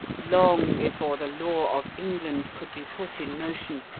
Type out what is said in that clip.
long before the law of england could be put in motion,